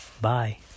Bye